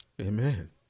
Amen